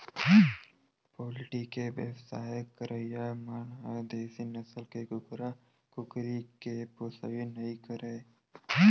poultry के बेवसाय करइया मन ह देसी नसल के कुकरा, कुकरी के पोसइ नइ करय